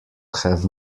have